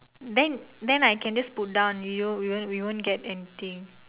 then then I can just put down we won't we won't get anything